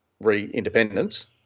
re-independence